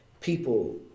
people